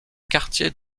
quartiers